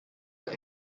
that